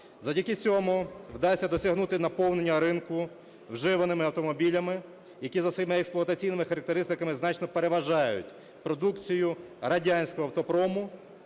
Завдяки цьому вдасться досягнути наповнення ринку вживаними автомобілями, які за своїми експлуатаційними характеристиками значно переважають продукцію радянського автопрому,